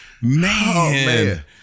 man